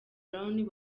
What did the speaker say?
brown